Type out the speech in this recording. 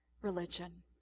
religion